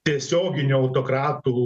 tiesioginių autokratų